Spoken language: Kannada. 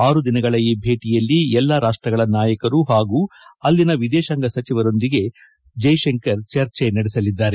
ಆರು ದಿನಗಳ ಈ ಭೇಟಿಯಲ್ಲಿ ಎಲ್ಲಾ ರಾಷ್ಷಗಳ ನಾಯಕರು ಹಾಗೂ ಅಲ್ಲಿನ ವಿದೇಶಾಂಗ ಸಚಿವರೊಂದಿಗೆ ಎಸ್ ಜೈಸಂಕರ್ ಚರ್ಚೆ ನಡೆಸಲಿದ್ದಾರೆ